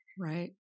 Right